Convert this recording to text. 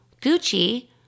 Gucci